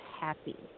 happy